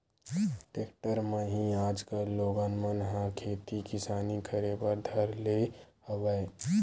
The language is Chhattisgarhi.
टेक्टर म ही आजकल लोगन मन ह खेती किसानी करे बर धर ले हवय